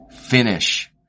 finish